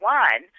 one